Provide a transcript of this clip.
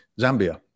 Zambia